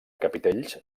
capitells